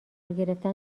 گرفتن